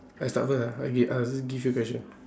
I start first ah okay I'll just give you question